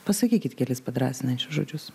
pasakykit kelis padrąsinančius žodžius